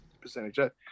percentage